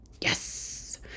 Yes